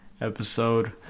Episode